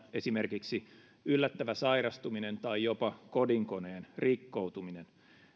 esimerkiksi yllättävä sairastuminen tai jopa kodinkoneen rikkoutuminen